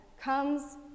comes